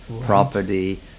property